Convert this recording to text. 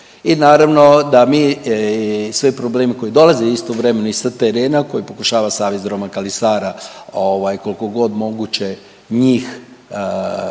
i naravno da mi i svoje probleme koji dolaze istovremeno i sa terena koji pokušava Savez Roma Kali Sara ovaj kolko god moguće njih